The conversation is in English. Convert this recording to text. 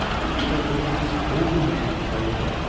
but you let all dese fool-men talk.